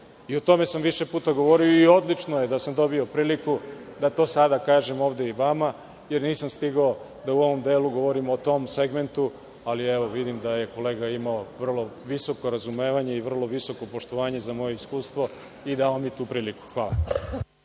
tome sam više puta govorio i odlično je da sam dobio priliku da to sada kažem ovde i vama, jer nisam stigao da u ovom delu govorim o tom segmentu, ali vidim da je kolega imao vrlo visoko razumevanje i vrlo visoko poštovanje za moje iskustvo i dao mi tu priliku. Hvala.